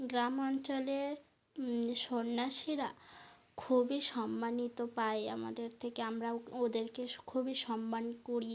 গ্রাম অঞ্চলে সন্ন্যাসীরা খুবই সম্মান পায় আমাদের থেকে আমরাও ওদেরকে খুবই সম্মান করি